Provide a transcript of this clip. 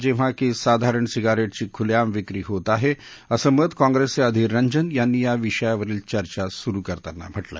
जेव्हा की साधारण सिगारेटची खुलेआम विक्री होत आहे असे मत काँग्रेसचे अधीर रंजन यांनी या विषयावरील चर्चा सुरू करतांना म्हटलं